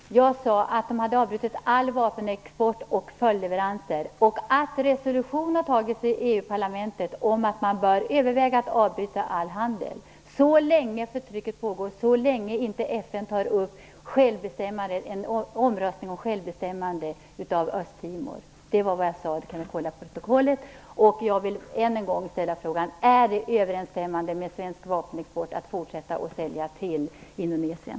Fru talman! Jag sade att man hade avbrutit all vapenexport och följdleveranser och att resolution har antagits i EU-parlamentet om att man bör överväga att avbryta all handel så länge förtrycket pågår och så länge inte FN tar upp en omröstning om självbestämmande för Östtimor. Det var vad jag sade, och det kan Jag vill än en gång ställa frågan: Är det överensstämmande med bestämmelserna för svensk vapenexport att fortsätta sälja till Indonesien?